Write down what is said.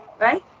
right